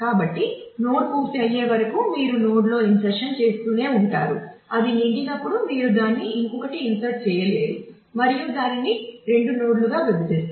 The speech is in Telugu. కాబట్టి నోడ్ పూర్తి అయ్యేవరకు మీరు నోడ్లోఇంసెర్షన్ చేస్తూనే ఉంటారు అది నిండినప్పుడు మీరు దాన్ని ఇంకొకటి ఇన్సర్ట్ చేయలేరు మరియు దానిని రెండు నోడ్లుగా విభజిస్తారు